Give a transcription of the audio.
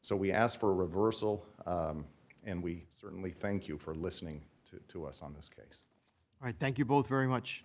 so we asked for a reversal and we certainly thank you for listening to us on this case i thank you both very much